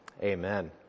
amen